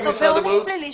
הבריאות